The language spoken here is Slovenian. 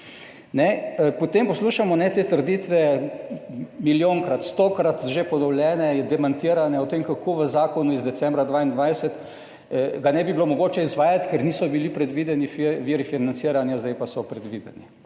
Potem, poslušamo te trditve, milijonkrat, stokrat že ponovljene, demantirane, o tem, kako v zakonu iz decembra 2022 ga ne bi bilo mogoče izvajati, ker niso bili predvideni viri financiranja, zdaj pa so predvideni.